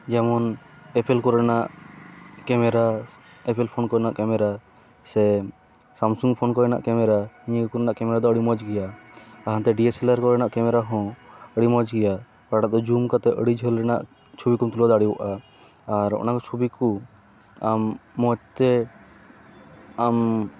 ᱡᱮᱢᱚᱱ ᱮᱯᱮᱞ ᱠᱚᱨᱮᱱᱟᱜ camera apple phone ᱠᱚᱨᱮᱱᱟᱜ ᱠᱮᱢᱮᱨᱟ ᱥᱮ ᱥᱟᱢᱥᱩᱝ ᱯᱷᱳᱱ ᱠᱚᱨᱮᱱᱟᱜ ᱠᱮᱢᱮᱨᱟ ᱱᱤᱭᱟᱹ ᱠᱚᱨᱮᱱᱟᱜ ᱠᱮᱢᱮᱨᱟᱫᱚ ᱟᱹᱰᱤ ᱢᱚᱡᱽ ᱜᱮᱭᱟ ᱦᱟᱱᱛᱮ ᱰᱤ ᱮᱥ ᱮᱞ ᱟᱨ ᱠᱚᱨᱮᱱᱟᱜ ᱠᱮᱢᱮᱨᱟᱦᱚᱸ ᱟᱹᱰᱤ ᱢᱚᱡᱽ ᱜᱮᱭᱟ ᱚᱠᱟᱴᱟᱜᱫᱚ ᱡᱩᱢ ᱠᱟᱛᱮᱫ ᱟᱹᱰᱤ ᱡᱷᱟᱹᱞ ᱨᱮᱱᱟᱜ ᱪᱷᱚᱵᱤᱠᱚᱢ ᱛᱩᱞᱟᱹᱣ ᱫᱟᱲᱮᱭᱟᱜᱼᱟ ᱟᱨ ᱚᱱᱟ ᱪᱷᱚᱵᱤᱠᱚ ᱟᱢ ᱢᱚᱡᱽᱛᱮ ᱟᱢ